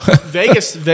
Vegas